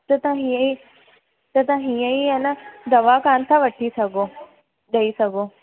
त तव्हां हीअं ई त तव्हां हीअं ई आहे न दवा कान था वठी सघो ॾेई सघो